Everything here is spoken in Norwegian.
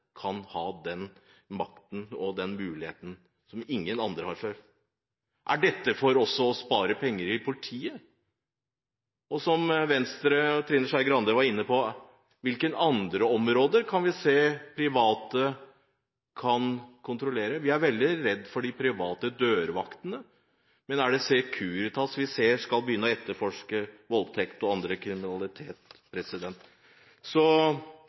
kan ha den makten og den muligheten som ingen andre har hatt før. Er dette for å spare penger i politiet? Og som Venstre og Trine Skei Grande var inne på: På hvilke andre områder kan vi se at private kan kontrollere? Vi er veldig redd for de private dørvaktene, men ser vi at Securitas skal begynne å etterforske voldtekt og annen kriminalitet?